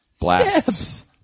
blasts